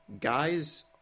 guys